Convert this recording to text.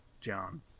John